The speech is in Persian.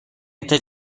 قطعه